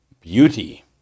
beauty